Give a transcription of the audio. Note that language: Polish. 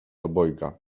obojga